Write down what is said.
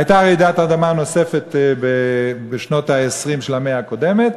הייתה רעידת אדמה נוספת בשנות ה-20 של המאה הקודמת,